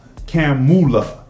Camula